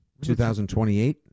2028